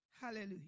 Hallelujah